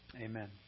Amen